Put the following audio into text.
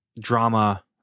drama